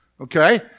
Okay